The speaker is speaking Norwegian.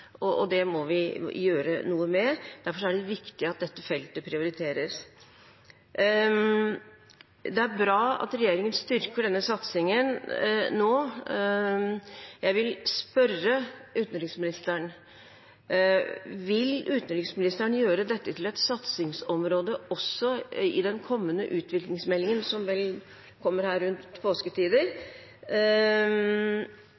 Det må vi gjøre noe med, og derfor er det viktig at dette feltet prioriteres. Det er bra at regjeringen styrker denne satsingen nå. Jeg vil spørre utenriksministeren: Vil utenriksministeren gjøre dette til et satsingsområde også i den utviklingsmeldingen som kommer rundt påsketider,